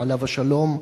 עליו השלום,